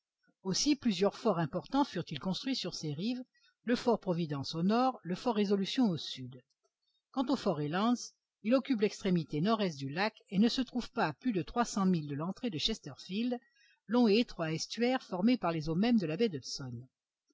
aussi plusieurs forts importants furent-ils construits sur ses rives le fort providence au nord le fort résolution au sud quand au fort reliance il occupe l'extrémité nord-est du lac et ne se trouve pas à plus de trois cents milles de l'entrée de chesterfield long et étroit estuaire formé par les eaux mêmes de la baie d'hudson